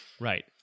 right